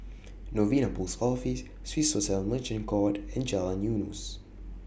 Novena Post Office Swissotel Merchant Court and Jalan Eunos